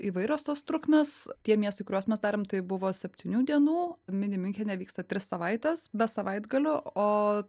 įvairios tos trukmės tie miestai kuriuos mes darėm tai buvo septynių dienų mini miunchene vyksta tris savaites be savaitgalių o